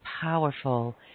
powerful